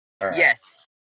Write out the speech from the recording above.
yes